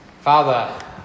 Father